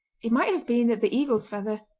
it might have been that the eagle's feather,